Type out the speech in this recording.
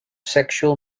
sexual